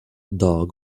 dog